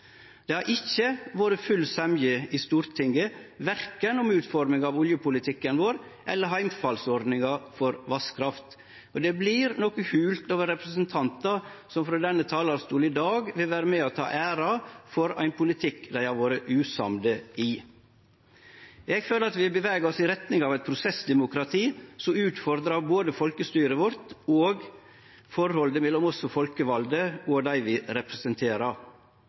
Det har ikkje vore full semje i Stortinget verken om utforminga av oljepolitikken vår eller heimfallsordninga for vasskraft. Det vert noko holt over representantar som frå denne talarstolen i dag vil vere med på å ta æra for ein politikk dei har vore usamde i. Eg føler at vi bevegar oss i retning av eit prosessdemokrati som utfordrar både folkestyret vårt og forholdet mellom oss som folkevalde og dei vi representerer.